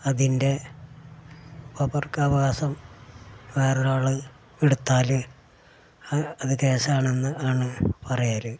അതിൻ്റെ പകർപ്പവകാശം വേറൊരാൾ എടുത്താൽ അതു കേസാണെന്നാണ് പറയൽ